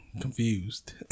Confused